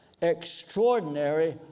extraordinary